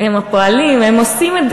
הם הפועלים, הם עושים.